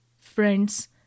friends